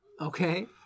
Okay